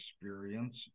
experience